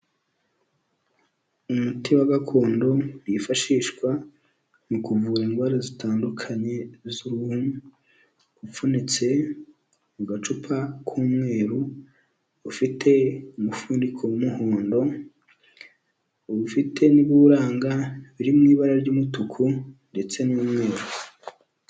Umuti wa gakondo, wifashishwa mu kuvura indwara zitandukanye z'uruhu, upfunitse mu gacupa k'umweru, ufite umufundiko w'umuhondo, ufite n'ibiwuranga bir mu ibara ry'umutuku ndetse n'umweru.